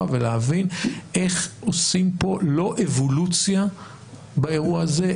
ולהבין איך עושים פה לא אבולוציה באירוע הזה,